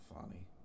Funny